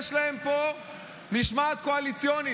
יש להם פה משמעת קואליציונית,